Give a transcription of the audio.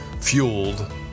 Fueled